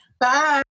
Bye